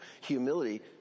Humility